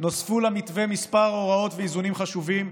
נוספו למתווה כמה הוראות ואיזונים חשובים,